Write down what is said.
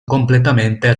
completamente